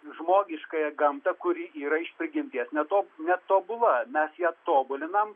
žmogiškąją gamtą kuri yra iš prigimties ne tob netobula mes ją tobulinam